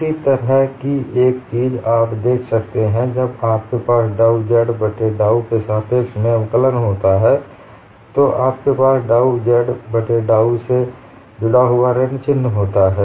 इसी तरह की एक चीज आप देख सकते हैं जब आपके पास डाउ z बट्टे डाउ के सापेक्ष में अवकलन होता है तो आपके पास डाउ z बट्टे डाउ से जुड़ा हुआ ऋण चिह्न होता है